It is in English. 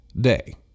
day